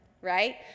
right